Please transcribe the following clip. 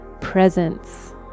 presence